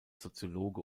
soziologe